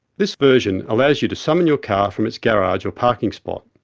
this version allows you to summon your car from its garage or parking spot.